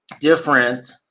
different